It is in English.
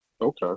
Okay